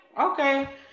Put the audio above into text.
okay